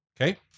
Okay